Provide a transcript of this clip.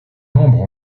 membres